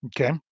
Okay